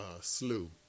slew